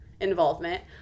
involvement